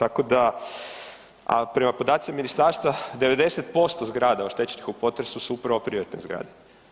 A prema podacima ministarstva 90% zgrada oštećenih u potresu su upravo privatne zgrade.